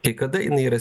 tai kada jinai yra